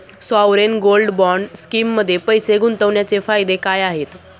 Sovereign gold bond स्कीममध्ये पैसे गुंतवण्याचे फायदे काय आहेत?